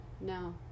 No